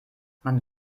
man